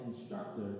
instructor